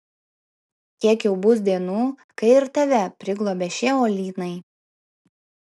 kiek jau bus dienų kai ir tave priglobė šie uolynai